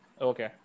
Okay